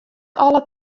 alle